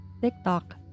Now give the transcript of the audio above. TikTok